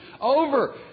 over